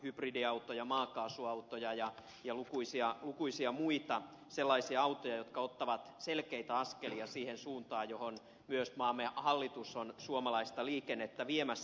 hybridiautoja maakaasuautoja ja lukuisia muita sellaisia autoja jotka ottavat selkeitä askelia siihen suuntaan johon myös maamme hallitus on suomalaista liikennettä viemässä